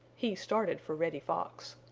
he started for reddy fox.